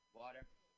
water